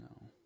No